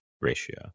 ratio